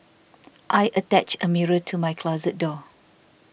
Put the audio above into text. I attached a mirror to my closet door